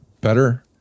better